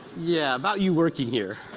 yeah, about you working here.